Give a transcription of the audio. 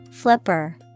Flipper